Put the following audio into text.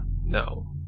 no